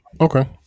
Okay